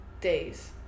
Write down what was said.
days